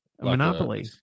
monopoly